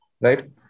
right